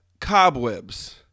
cobwebs